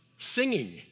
Singing